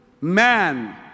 man